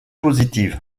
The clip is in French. positive